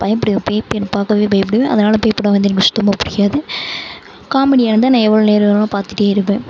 பயப்படுவேன் பேய் படம் பார்க்கவே பயப்படுவேன் அதனால பேய் படம் வந்து சுத்தமாக பிடிக்காது காமெடியாக இருந்தால் நான் எவ்வளோ நேரம் வேணாலும் பார்த்துட்டே இருப்பேன்